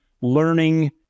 learning